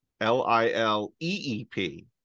L-I-L-E-E-P